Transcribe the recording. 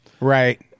Right